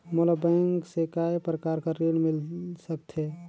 मोला बैंक से काय प्रकार कर ऋण मिल सकथे?